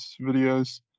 videos